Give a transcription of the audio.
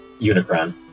Unicron